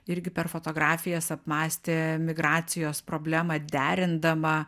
irgi per fotografijas apmąstė migracijos problemą derindama